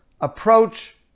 approach